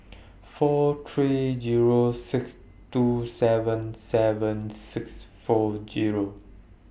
four three Zero six two seven seven six four Zero